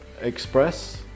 express